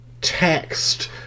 text